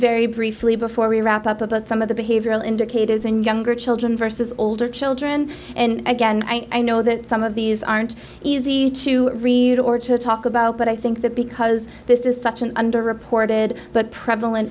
very briefly before we wrap up about some of the behavioral indicators in younger children versus older children and again i know that some of these aren't easy to read or to talk about but i think that because this is such an underreported but prevalent